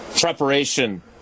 preparation